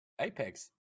Apex